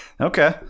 Okay